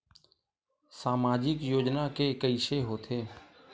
सामाजिक योजना के कइसे होथे?